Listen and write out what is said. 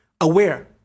aware